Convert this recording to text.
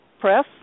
press